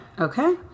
Okay